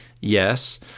yes